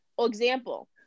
example